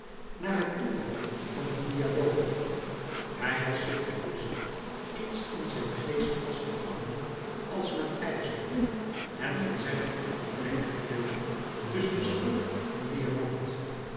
naar het toeval van hun dialoog hij was zich bewust iets in zijn geest vast te houden als met ijzer het in zijn acute louis couperus metamorfoze brein te knellen tusschen schroef van diamant